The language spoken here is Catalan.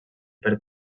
per